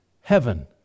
heaven